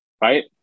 Right